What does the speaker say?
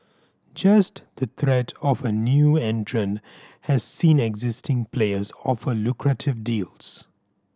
just the threat of a new entrant has seen existing players offer lucrative deals